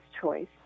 choice